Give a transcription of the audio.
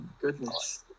goodness